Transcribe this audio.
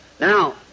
Now